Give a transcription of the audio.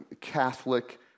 Catholic